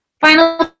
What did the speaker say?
Final